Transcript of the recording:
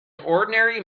ordinary